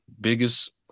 biggest